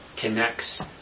connects